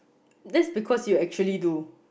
that's because you actually do